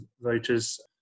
voters